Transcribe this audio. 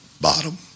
bottom